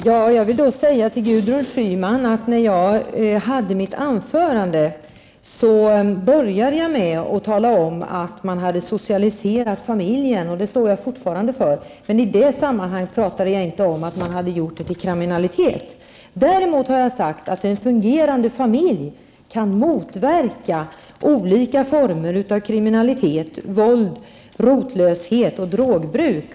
Herr talman! Jag vill säga till Gudrun Schyman att när jag höll mitt anförande började jag med att tala om att man hade socialiserat familjen, och det står jag fortfarande fast vid. Men i detta sammanhang talade jag inte om att det hade lett till kriminalitet. Däremot har jag sagt att en fungerande familj kan motverka olika former av kriminalitet, våld, rotlöshet och drogbruk.